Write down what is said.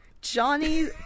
Johnny